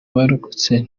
abarokotse